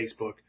Facebook